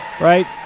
Right